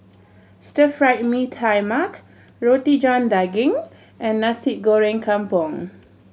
Stir Fried Mee Tai Mak Roti John Daging and Nasi Goreng Kampung